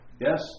yes